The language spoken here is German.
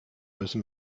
müssen